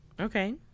Okay